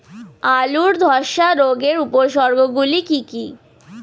আলুর ধ্বসা রোগের উপসর্গগুলি কি কি?